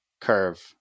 curve